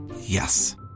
Yes